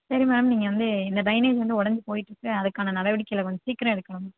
சரி மேம் நீங்கள் வந்து இந்த ட்ரைனேஜ் வந்து உடஞ்சி போயிட்ருக்கு அதுக்கான நடவடிக்கைகளை கொஞ்சம் சீக்கிரம் எடுக்கலாம்